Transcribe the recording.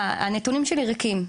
הנתונים שלי ריקים.